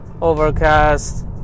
overcast